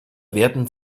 werden